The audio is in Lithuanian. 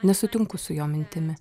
nesutinku su jo mintimi